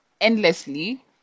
endlessly